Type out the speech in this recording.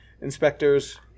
inspectors